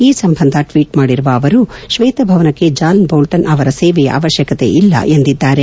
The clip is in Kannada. ಈ ಸಂಬಂಧ ಟ್ಲೀಟ್ ಮಾಡಿರುವ ಅವರು ಶ್ವೇತಭವನಕ್ಕೆ ಜಾನ್ ಬೋಲ್ಸನ್ ಅವರ ಸೇವೆಯ ಅವಶ್ಯಕತೆಯಿಲ್ಲ ಎಂದಿದ್ದಾರೆ